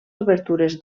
obertures